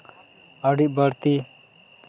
ᱟᱹᱰᱤ ᱵᱟᱹᱲᱛᱤ